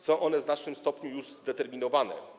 Są one w znacznym stopniu już zdeterminowane.